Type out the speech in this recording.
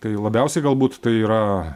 tai labiausiai galbūt tai yra